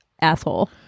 asshole